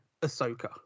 Ahsoka